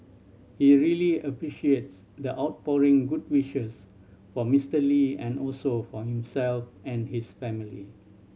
he really appreciates the outpouring good wishes for Mister Lee and also for himself and his family